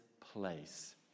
place